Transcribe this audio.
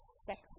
sex